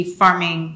farming